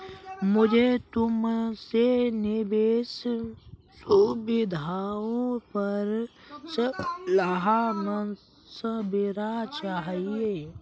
मुझे तुमसे निवेश सुविधाओं पर सलाह मशविरा चाहिए